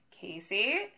Casey